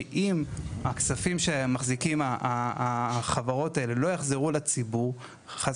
כי אם הכספים שמחזיקות החברות האלו לא יחזרו לציבור חס